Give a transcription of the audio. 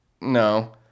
No